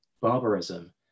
barbarism